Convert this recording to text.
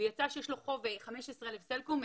ויצא שיש לו חוב 15,000 סלקום,